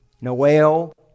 Noel